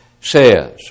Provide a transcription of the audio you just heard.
says